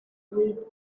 read